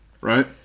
Right